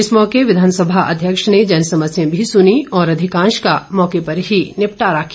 इस मौके विधानसभा अध्यक्ष ने जन समस्याएं भी सुनी और अधिकांश का मौके पर ही निपटारा किया